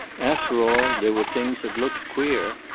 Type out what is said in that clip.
after all, there were things that looked queer.